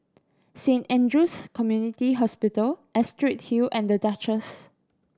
Saint Andrew's Community Hospital Astrid Hill and Duchess